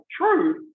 truth